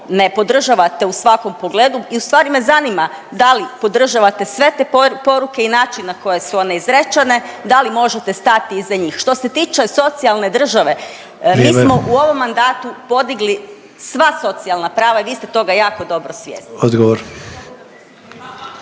ne podržavate u svakom pogledu i u stvari me zanima da li podržavate sve te poruke i način na koji su one izračene da li možete stati iza njih. Što se tiče socijalne države mi smo u ovom mandatu … …/Upadica Sanader: Vrijeme./… … podigli sva socijalna prava i vi ste toga jako dobro svjesni.